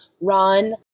run